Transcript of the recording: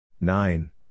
Nine